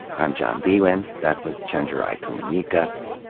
i'm john biewen. that was chenjerai kumanyika.